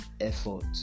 effort